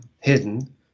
hidden